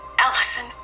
allison